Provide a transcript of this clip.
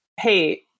Hey